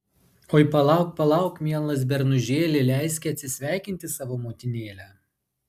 oi palauk palauk mielas bernužėli leiski atsisveikinti savo motinėlę